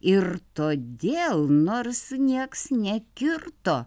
ir todėl nors nieks nekirto